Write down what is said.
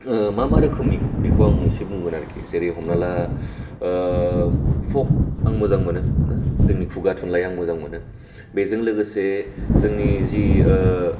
मा मा रोखोमनि बेखौ आं एसे बुंगोन आरेखि जेरै हमना ला फक आं मोजां मोनो जोंनि खुगा थुनलाइ आं मोजां मोनो बेजों लोगोसे जोंनि जि